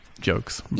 jokes